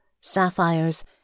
sapphires